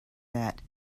that